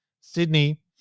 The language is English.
Sydney